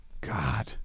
God